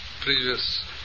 previous